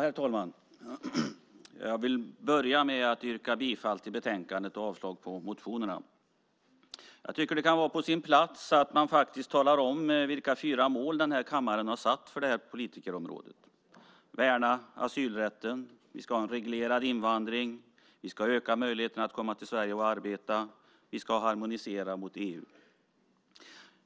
Herr talman! Jag börjar med att yrka bifall till utskottets förslag i betänkandet och avslag på motionerna. Jag tycker att det kan vara på sin plats att man talar om vilka fyra mål kammaren har satt upp för det här politikområdet. Vi ska värna asylrätten, ha en reglerad invandring, öka möjligheterna att komma till Sverige och arbeta och harmonisera gentemot EU.